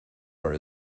are